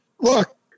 Look